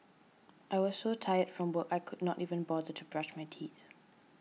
I was so tired from work I could not even bother to brush my teeth